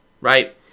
right